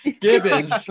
Gibbons